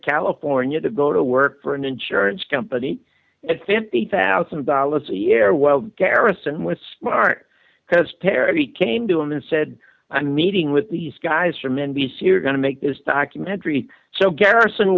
california to go to work for an insurance company at fifty thousand dollars a year well gerritsen was smart because perry came to him and said i'm meeting with these guys from n b c you're going to make this documentary so garrison